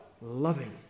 loving